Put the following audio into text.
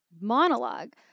monologue